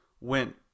went